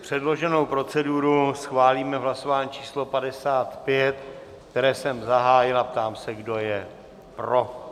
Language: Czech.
Předloženou proceduru schválíme v hlasování číslo 55, které jsem zahájil, a ptám se, kdo je pro?